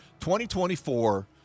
2024